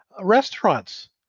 Restaurants